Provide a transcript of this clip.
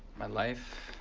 my life,